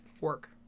work